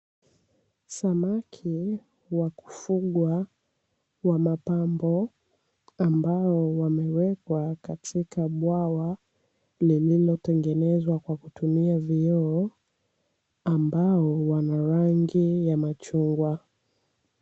Samaki wa kufugwa wa mapambo ambao wamewekwa katika bwawa lililo tengenezwa kwa kutumia vioo ambao wana rangi ya machungwa.